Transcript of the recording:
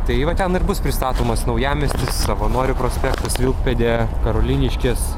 tai va ten ir bus pristatomas naujamiestis savanorių prospektas vilkpėdė karoliniškės